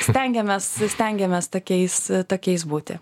stengiamės stengiamės tokiais tokiais būti